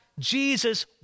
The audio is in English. Jesus